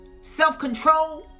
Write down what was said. self-control